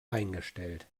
eingestellt